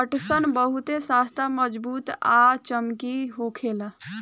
पटसन बहुते सस्ता मजबूत आ चमकीला होखेला